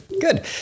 Good